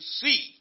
see